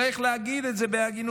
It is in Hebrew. צריך להגיד את זה בהגינות,